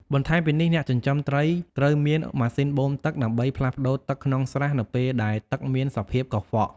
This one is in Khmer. បន្ថែមពីនេះអ្នកចិញ្ចឹមត្រីត្រូវមាន ម៉ាស៊ីនបូមទឹក ដើម្បីផ្លាស់ប្ដូរទឹកក្នុងស្រះនៅពេលដែលទឹកមានសភាពកខ្វក់។